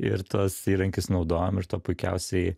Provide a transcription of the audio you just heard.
ir tuos įrankius naudojom ir to puikiausiai